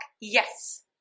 yes